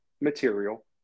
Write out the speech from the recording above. material